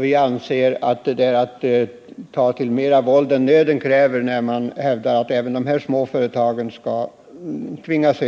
Vi anser att det är att använda mera våld än nöden kräver, då man hävdar att även de här små företagen skall tvingas